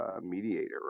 mediator